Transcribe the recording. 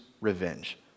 revenge